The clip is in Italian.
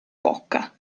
bocca